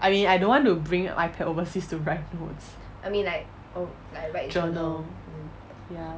I mean I don't want to bring ipad overseas to write notes um journal ya